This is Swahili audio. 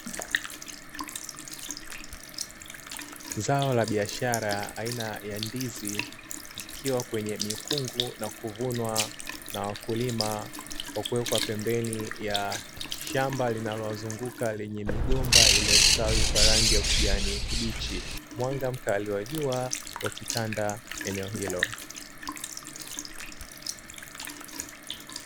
Zao la biashara aina ya ndizi zikiwa kwenye mikungu na kuvunwa na wakulima, kwa kuwekwa pembeni ya shamba linalowazunguka lenye migomba iliyostawi kwa rangi ya ukijani kibichi; mwanga mkali wa jua ukitanda eneo hilo.